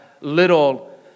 little